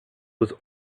was